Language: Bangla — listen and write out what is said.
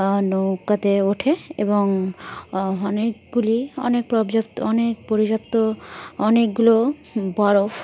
নৌকাতে ওঠে এবং অনেকগুলি অনেক পর্যাপ্ত অনেক পর্যাপ্ত অনেকগুলো বরফ